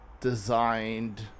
designed